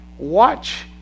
watch